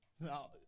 Now